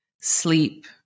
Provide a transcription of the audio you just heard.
sleep